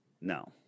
No